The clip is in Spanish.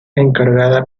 encargada